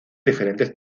diferentes